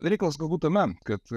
reikalas galbūt tame kad